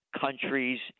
countries